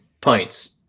pints